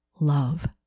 love